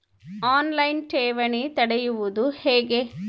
On line ಠೇವಣಿ ತೆರೆಯುವುದು ಹೇಗೆ?